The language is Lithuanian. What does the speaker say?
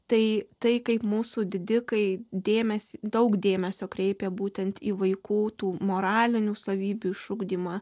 tai tai kaip mūsų didikai dėmesį daug dėmesio kreipė būtent į vaikų tų moralinių savybių išugdymą